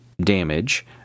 damage